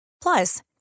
Plus